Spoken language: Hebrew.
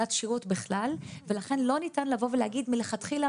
שירות בכלל ולכן לא ניתן לומר מלכתחילה,